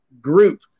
group